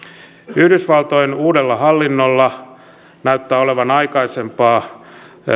yhdysvaltojen uudella hallinnolla näyttää olevan aikaisempaa